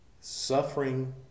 suffering